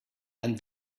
and